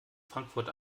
frankfurt